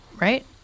right